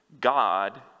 God